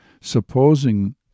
supposing